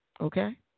Okay